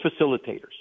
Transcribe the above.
facilitators